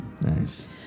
nice